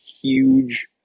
huge